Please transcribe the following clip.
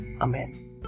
Amen